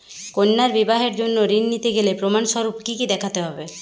কন্যার বিবাহের জন্য ঋণ নিতে গেলে প্রমাণ স্বরূপ কী কী দেখাতে হবে?